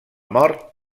mort